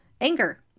anger